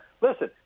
Listen